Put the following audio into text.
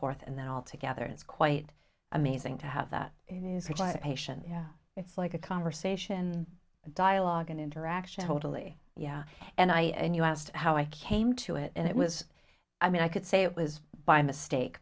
forth and then all together it's quite amazing to have that you know it's like a conversation and dialogue and interaction totally yeah and i mean you asked how i came to it and it was i mean i could say it was by mistake